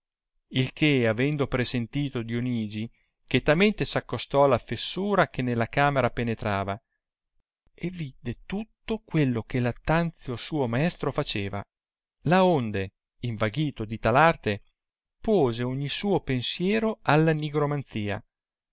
il che avendo persentito dionigi chetamente s accostò alla fessura che nella camera penetrava e vidde tutto quello che lattanzio suo maestro faceva laonde invaghito di tal arte puose ogni suo pensiero alla